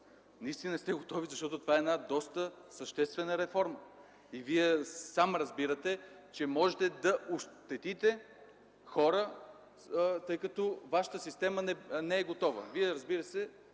Наистина не сте готови, защото това е доста съществена реформа и Вие сам разбирате, че можете да ощетите хора, тъй като вашата система не е готова. Вие, разбира се,